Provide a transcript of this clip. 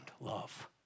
love